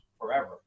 forever